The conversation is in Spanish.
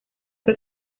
que